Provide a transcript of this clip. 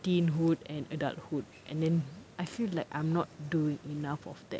teenhood and adulthood and then I feel like I'm not doing enough of that